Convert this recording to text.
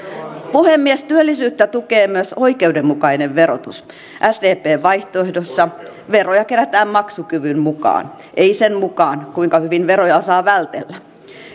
puhemies työllisyyttä tukee myös oikeudenmukainen verotus sdpn vaihtoehdossa veroja kerätään maksukyvyn mukaan ei sen mukaan kuinka hyvin veroja osaa vältellä